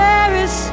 Paris